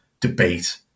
debate